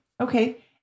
Okay